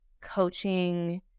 coaching